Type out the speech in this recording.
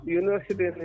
university